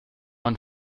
man